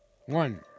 One